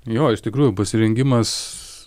jo iš tikrųjų pasirengimas